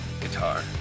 Guitar